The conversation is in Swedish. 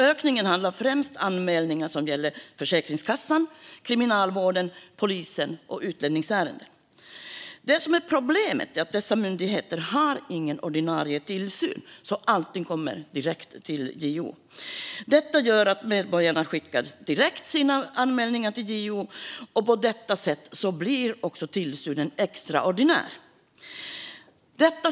Ökningen avser främst anmälningar som gäller Försäkringskassan, Kriminalvården, polisen och utlänningsärenden. Det som är problemet är att dessa myndigheter inte har någon ordinarie tillsyn. Detta gör att medborgarna skickar sina anmälningar direkt till JO. På detta sätt blir också tillsynen extraordinär.